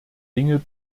dinge